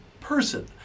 person